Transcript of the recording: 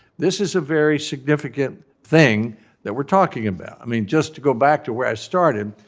this is a very significant thing that we're talking about. i mean, just to go back to where i started,